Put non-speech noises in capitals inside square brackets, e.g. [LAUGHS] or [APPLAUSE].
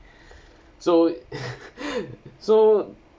so [LAUGHS] so